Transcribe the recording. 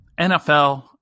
NFL